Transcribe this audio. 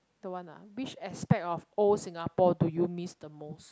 don't want lah which aspect of old singapore do you miss the most